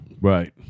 right